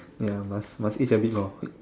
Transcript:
ya must must age a bit more